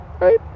Right